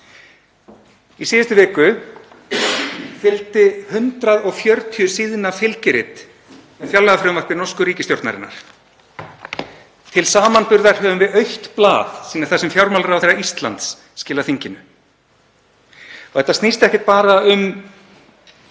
Í síðustu viku fylgdi 140 síðna fylgirit fjárlagafrumvarpi norsku ríkisstjórnarinnar. Til samanburðar höfum við autt blað sem er það sem fjármálaráðherra Íslands skilar þinginu. Þetta snýst ekki bara um